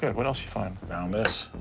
what else you find? found this.